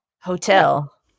Hotel